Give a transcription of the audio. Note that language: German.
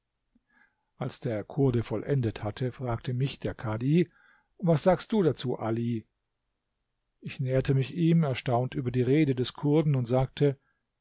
als der kurde vollendet hatte fragte mich der kadhi was sagst du dazu ali ich näherte mich ihm erstaunt über die rede des kurden und sagte